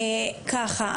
ככה,